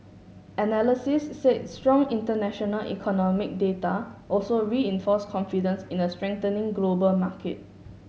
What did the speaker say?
analysis said strong international economic data also reinforced confidence in a strengthening global market